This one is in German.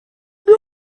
mir